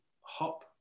hop